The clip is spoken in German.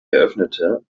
eröffnete